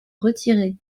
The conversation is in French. retirer